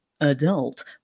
adult